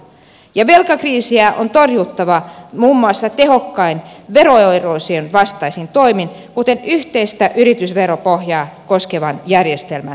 ja velkakriisiä on torjuttava muun muassa tehokkain veroeroosion vastaisin toimin kuten yhteistä yritysveropohjaa koskevan järjestelmän avulla